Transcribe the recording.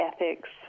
ethics